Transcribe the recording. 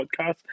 podcast